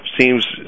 seems